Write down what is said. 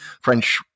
French